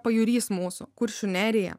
pajūris mūsų kuršių nerija